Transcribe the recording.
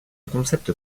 concept